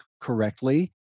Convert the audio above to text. correctly